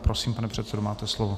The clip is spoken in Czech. Prosím, pane předsedo, máte slovo.